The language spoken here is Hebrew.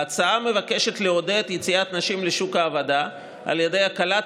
ההצעה מבקשת לעודד יציאת נשים לשוק העבודה על ידי הקלת